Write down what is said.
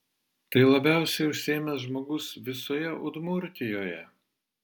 tai labiausiai užsiėmęs žmogus visoje udmurtijoje